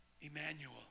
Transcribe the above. Emmanuel